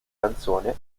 canzone